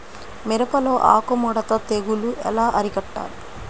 మిరపలో ఆకు ముడత తెగులు ఎలా అరికట్టాలి?